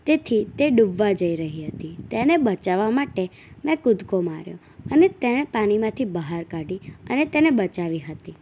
તેથી તે ડૂબવા જઈ રહી હતી તેને બચાવવા માટે મેં કૂદકો માર્યો અને તેને પાણીમાંથી બહાર કાઢી અને તેને બચાવી હતી